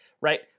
right